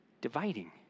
dividing